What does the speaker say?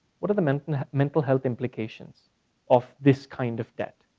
what are the mental mental health implications of this kind of debt?